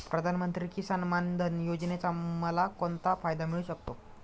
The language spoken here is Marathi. प्रधानमंत्री किसान मान धन योजनेचा मला कोणता फायदा मिळू शकतो?